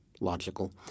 logical